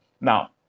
Now